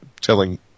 telling